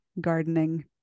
gardening